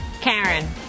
Karen